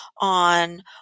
on